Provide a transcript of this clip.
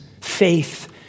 faith